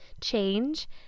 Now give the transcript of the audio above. change